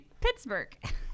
Pittsburgh